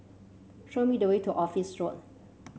show me the way to Office Road